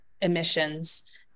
emissions